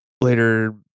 later